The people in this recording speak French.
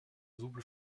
double